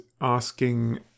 asking